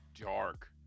dark